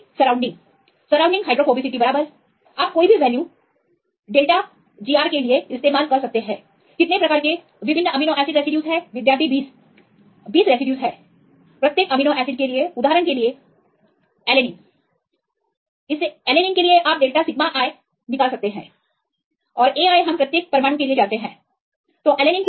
विद्यार्थी surrounding surrounding hydrophobicity बराबर आप कोई भी वैल्यू डेल्टाGr के लिए इस्तेमाल कर सकते हैं कितने प्रकार के विभिन्न अमीनो एसिड रेसिड्यूज है विद्यार्थी 20 20 रेसिड्यूज अब तक प्रत्येक अमीनो एसिड रेसिड्यूके लिए उदाहरण एलैनिन आप एक समीकरण डेल्टा सिग्मा i उत्पन्न कर सकते है ai हम प्रत्येक परमाणुओं के लिए भी जानते हैं और जब आप एलैनिन लेते तब भी जानते हैं